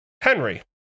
Henry